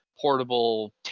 portable